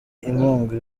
inkunga